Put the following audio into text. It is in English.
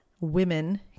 women